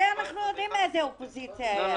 הרי אנחנו יודעים איזה אופוזיציה יש,